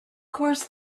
course